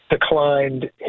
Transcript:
declined